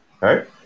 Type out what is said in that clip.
right